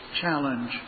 challenge